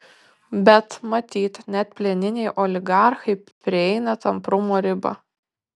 bet matyt net plieniniai oligarchai prieina tamprumo ribą